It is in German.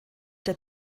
der